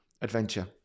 adventure